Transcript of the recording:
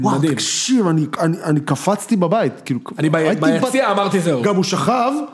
וואו, תקשיב, אני קפצתי בבית, כאילו... אני ביציאה, אמרתי זהו. גם הוא ששכב.